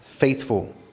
Faithful